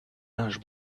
linge